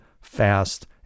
fast